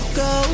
go